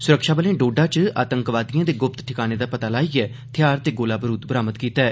सुरक्षाबलें डोडा च आतंकवादिएं दे गुप्त ठिकाने दा पता लाइयै थेहार ते गोला बारूद बरामद कीता ऐ